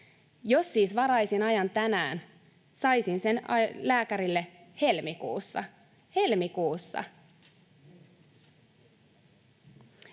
Jos siis varaisin ajan tänään, saisin sen lääkärille helmikuussa — helmikuussa.